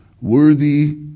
Worthy